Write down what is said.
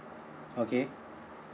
okay